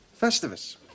Festivus